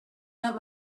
not